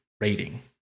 rating